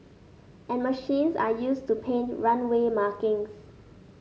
and machines are use to paint runway markings